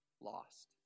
lost